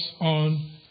on